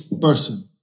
person